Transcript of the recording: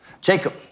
Jacob